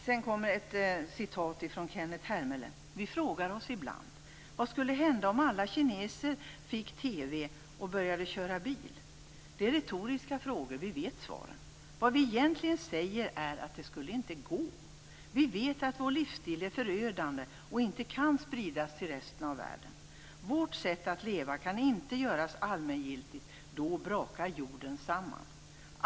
Så ett uttalande från Kenneth Hermele: Vi frågar oss ibland: Vad skulle hända om alla kineser fick TV och började köra bil? Det är retoriska frågor. Vi vet svaren. Vad vi egentligen säger är att det inte skulle gå. Vi vet att vår livsstil är förödande och inte kan spridas till resten av världen. Vårt sätt att leva kan inte göras allmängiltigt. Då brakar jorden samman.